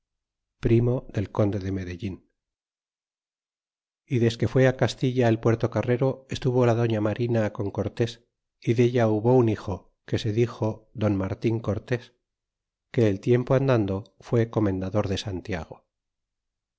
primo del conde de medellin y desque fué á castilla el puertocarrero estuvo la doña marina con cortés y della hubo un hijo que se dixo don martin cortés que el tiempo andando fué comendador de santiago